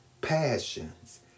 passions